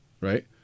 Right